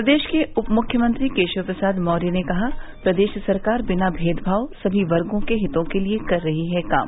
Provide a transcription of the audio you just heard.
प्रदेश के उपमुख्यमंत्री केशव प्रसाद मौर्य ने कहा प्रदेश सरकार बिना भेदभाव सभी वर्गो के हितों के लिए कर रही है काम